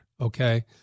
okay